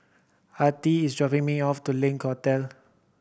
Artie is dropping me off to Link Hotel